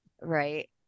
right